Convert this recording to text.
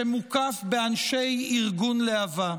שמוקף באנשי ארגון להב"ה.